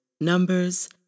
Numbers